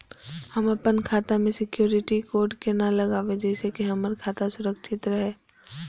हम अपन खाता में सिक्युरिटी कोड केना लगाव जैसे के हमर खाता सुरक्षित रहैत?